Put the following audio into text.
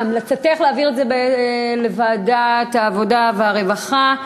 המלצתך להעביר את זה לוועדת העבודה והרווחה.